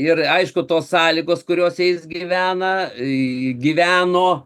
ir aišku tos sąlygos kuriosejis gyvena gyveno